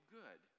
good